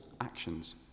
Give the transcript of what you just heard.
actions